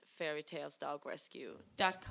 fairytalesdogrescue.com